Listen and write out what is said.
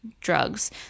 drugs